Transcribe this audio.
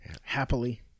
happily